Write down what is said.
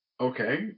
okay